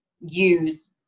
use